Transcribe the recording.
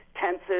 tenses